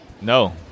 No